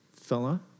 fella